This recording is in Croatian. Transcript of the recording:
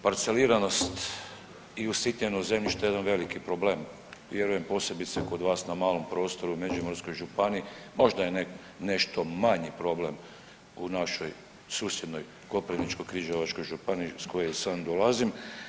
Parceliranost i usitnjenost zemljišta je jedan veliki problem, vjerujem posebice kod vas na malom prostoru u Međimurskoj županiji, možda je nešto manji problem u našoj susjednoj Koprivničko-križevačkoj županiji iz koje i sam dolazim.